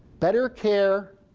better care,